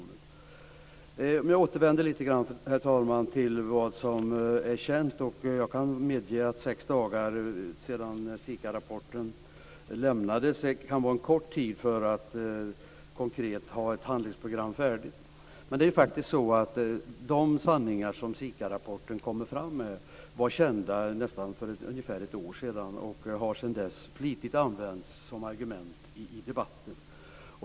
Herr talman! Jag återvänder lite grann till vad som är känt. Jag kan medge att sex dagar sedan SIKA rapporten lämnades kan vara en för kort tid för att konkret ha ett handlingsprogram färdigt. Men de sanningar som SIKA-rapporten kommer fram med var kända nästan för ungefär ett år sedan och har sedan dess flitigt använts om argument i debatten.